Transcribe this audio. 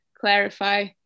clarify